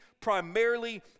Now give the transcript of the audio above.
primarily